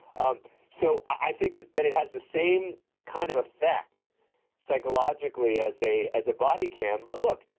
um so i think that that it has the same kind of effect psychologically as a as a body cam. but look,